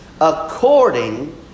according